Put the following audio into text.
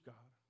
God